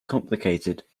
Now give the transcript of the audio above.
complicated